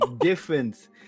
difference